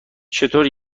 چطور